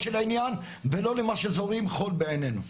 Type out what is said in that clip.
של עניין ולא למה שזורים חול בעינינו.